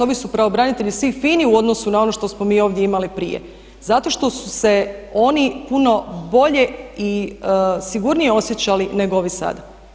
Ovi su pravobranitelji svi fini u odnosu na ono što smo mi ovdje imali prije zato što su se oni puno bolje i sigurnije osjećali nego oni sada.